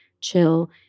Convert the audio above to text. chill